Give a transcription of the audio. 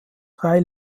drei